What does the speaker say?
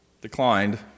declined